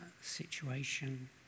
situation